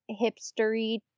hipstery